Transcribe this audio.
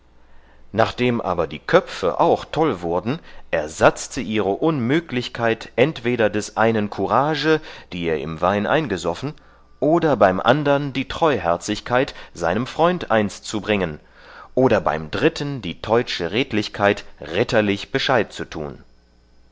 nachdem aber die köpfe auch toll wurden ersatzte ihre unmüglichkeit entweder des einen courage die er im wein eingesoffen oder beim andern die treuherzigkeit seinem freund eins zu bringen oder beim dritten die teutsche redlichkeit ritterlich bescheid zu tun